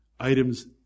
Items